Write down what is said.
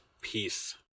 peace